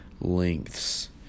lengths